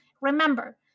Remember